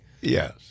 Yes